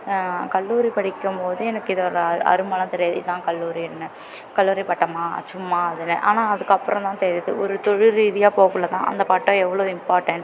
கல்லூரி படிக்கும் போதே எனக்கு இதோடய அருமைலாம் தெரியாது இதுதான் கல்லூரின்னு கல்லூரி பட்டமா அது சும்மா ஆனால் அதுக்கு அப்புறம் தான் தெரியுது ஒரு தொழில் ரீதியாக போகக்குள்ள தான் அந்த பட்டம் எவ்வளோ இம்பார்ட்டண்ட்